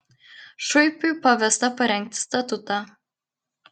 šuipiui pavesta parengti statutą